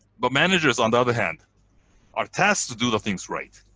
but managers, on the other hand are tasked to do the things right.